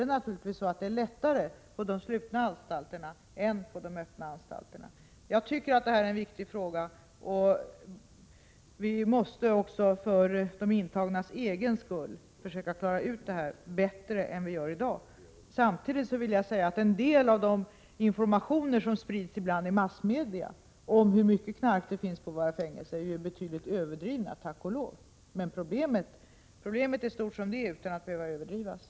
Det är naturligtvis lättare för de slutna anstalterna än för de öppna att klara detta. Jag tycker att detta är en viktig fråga, och vi måste också för de intagnas egen skull försöka klara ut detta bättre än vi gör i dag. Samtidigt vill jag säga att en del av de informationer som Sprids i massmedia om hur mycket knark det finns på våra fängelser är — tack och lov — betydligt överdrivna. Problemet är stort som det är utan att behöva överdrivas.